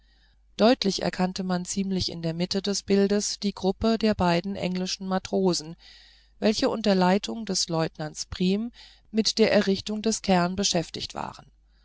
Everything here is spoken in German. deutlich erkannte man ziemlich in der mitte des bildes die gruppe der beiden englischen matrosen welche unter leitung des leutnants prim mit der errichtung des cairns beschäftigt waren